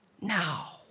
Now